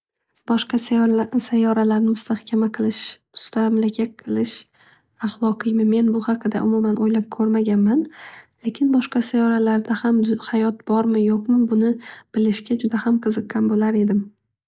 Boshqa sayyoralarni mustahkama qilish mustamlaka qilish ahloqiymi. Men bu haqida umuman o'ylab ko'rmaganman. Lekin boshqa sayyoralarda ham hayot bormi yo'qmi buni bilishga juda ham qiziqgan bo'lar edim.